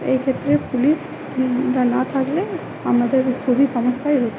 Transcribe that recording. এক্ষেত্রে পুলিশ রা না থাকলে আমাদের খুবই সমস্যাই হতো